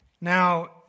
Now